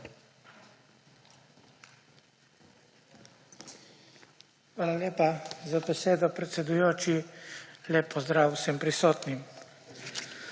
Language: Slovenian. Hvala lepa za besedo, predsedujoči. Lep pozdrav vsem prisotnim!